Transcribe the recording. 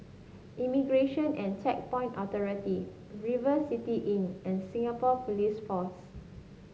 Immigration and Checkpoint Authority River City Inn and Singapore Police Force